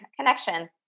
connection